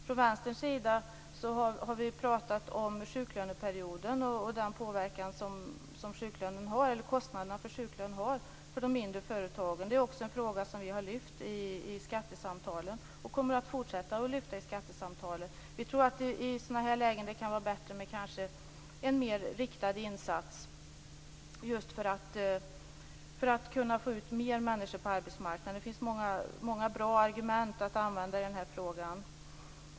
Vi i Vänstern har pratat om sjuklöneperioden och den påverkan som kostnaderna för sjuklönen har för de mindre företagen. Det är också en fråga som vi har lyft fram i skattesamtalen. Vi kommer att fortsätta att lyfta fram den frågan i skattesamtalen. Vi tror att det kanske kan vara bättre med en mer riktad insats i sådana här lägen för att kunna få ut fler människor på arbetsmarknaden. Det finns många bra argument att använda i den här frågan.